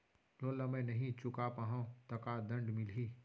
Loan ला मैं नही चुका पाहव त का दण्ड मिलही?